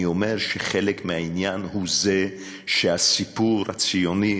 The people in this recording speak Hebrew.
ואני אומר שחלק מהעניין הוא זה שהסיפור הציוני,